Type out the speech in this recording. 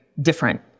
different